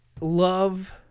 Love